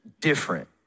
different